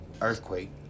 earthquake